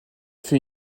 fait